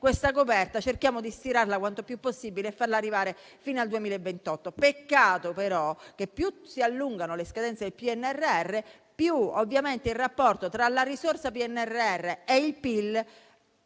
questa coperta cerchiamo di stirarla quanto più possibile e farla arrivare fino al 2028. Peccato, però, che più si allungano le scadenze del PNRR, più ovviamente il rapporto tra la risorsa PNRR e il PIL